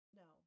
no